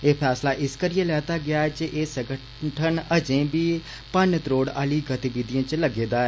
एह फैसला इस करियै लैता ऐ जे एह संगठन अजें बी भन्न त्रोड़ आलिएं गतिविधियें च लग्गे दा हा